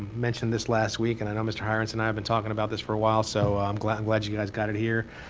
mentioned this last week. and i know mr. hirons and i have been talking about this for a while. so um glad glad you you guys got it here.